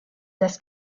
das